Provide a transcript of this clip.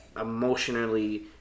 emotionally